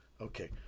okay